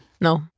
No